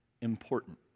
important